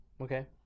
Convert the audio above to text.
Okay